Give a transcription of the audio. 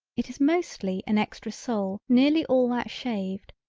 it is mostly an extra sole nearly all that shaved,